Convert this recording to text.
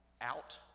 out